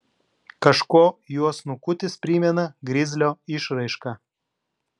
kažkuo jo snukutis primena grizlio išraišką